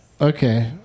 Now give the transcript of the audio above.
okay